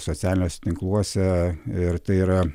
socialiniuose tinkluose ir tai yra